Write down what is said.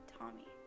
Tommy